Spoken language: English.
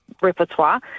repertoire